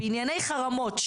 בענייני חרמות,